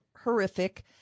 horrific